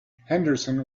henderson